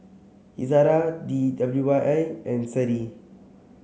Izara D W Y I and Seri